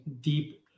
deep